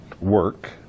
work